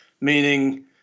meaning